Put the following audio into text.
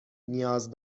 نیاز